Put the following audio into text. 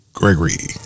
gregory